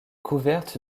couverte